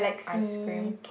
ice cream